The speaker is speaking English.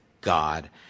God